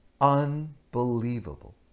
unbelievable